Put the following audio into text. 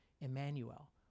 Emmanuel